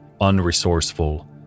unresourceful